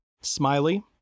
Smiley